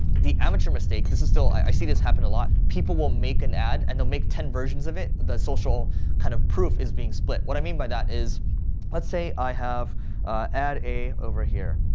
the amateur mistake, this is still, i see this happen a lot. people will make an ad and they'll make ten versions of it. the social kind of proof is being split. what i mean by that is let's say i have ad a over here,